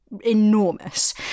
enormous